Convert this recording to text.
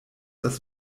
das